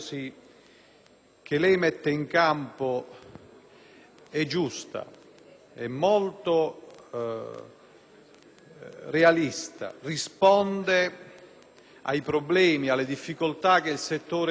giusta e molto realista e risponda ai problemi ed alle difficoltà che il settore vive da tempo, da molto tempo.